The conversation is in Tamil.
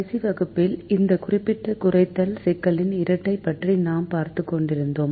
கடைசி வகுப்பில் இந்த குறிப்பிட்ட குறைத்தல் சிக்கலின் இரட்டை பற்றி நாம் பார்த்துக்கொண்டிருந்தோம்